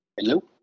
Hello